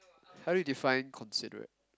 how do you define considerate